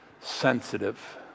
sensitive